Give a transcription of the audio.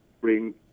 bring